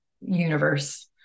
universe